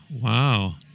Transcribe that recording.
Wow